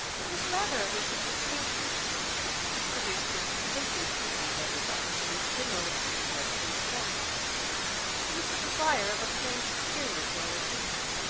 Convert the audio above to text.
it was rather a wish of distinction, she believed, which produced his contemptuous treatment of every body, and his general abuse of every thing before him. it was the desire of appearing superior to other people.